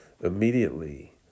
immediately